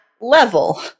level